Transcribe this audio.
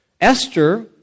Esther